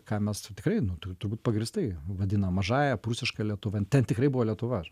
ką mes tikrai nu tu turbūt pagrįstai vadinam mažąja prūsiška lietuva ten tikrai buvo lietuva